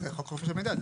כן, זה חוק חופש המידע.